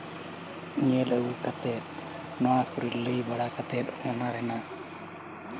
ᱧᱮᱞ ᱟᱹᱜᱩ ᱠᱟᱛᱮ ᱱᱚᱣᱟ ᱠᱚ ᱞᱟᱹᱭ ᱵᱟᱲᱟ ᱠᱟᱛᱮ ᱚᱱᱟ ᱨᱮᱱᱟᱜ